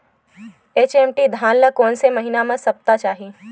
HMT धान ल कोन से महिना म सप्ता चाही?